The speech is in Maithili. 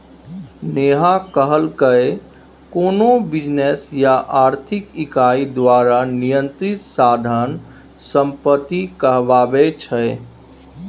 नेहा कहलकै कोनो बिजनेस या आर्थिक इकाई द्वारा नियंत्रित साधन संपत्ति कहाबै छै